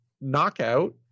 knockout